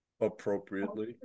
appropriately